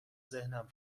ذهنم